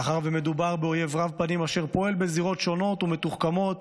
מאחר שמדובר באויב רב-פנים אשר פועל בזירות שונות ומתוחכמות,